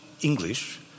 English